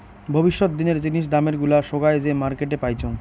ভবিষ্যত দিনের জিনিস দামের গুলা সোগায় যে মার্কেটে পাইচুঙ